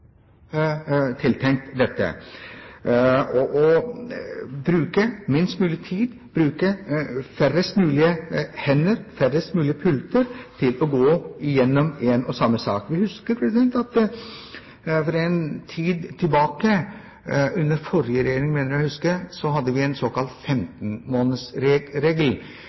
tiltenkt dette: å bruke minst mulig tid, bruke færrest mulig hender, færrest mulig pulter, til å gå gjennom én og samme sak. Vi husker at vi for en tid tilbake – under den forrige regjering, mener jeg å huske – hadde en såkalt